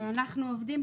אנחנו עובדים.